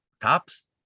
tops